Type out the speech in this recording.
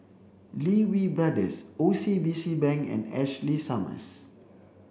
Lee Wee Brothers O C B C Bank and Ashley Summers